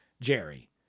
Jerry